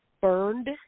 burned